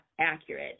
accurate